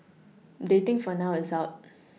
dating for now is out